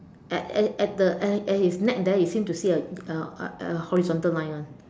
at at at the at at his neck there you seem to see a a a horizontal line [one]